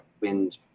wind